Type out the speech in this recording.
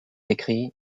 écrit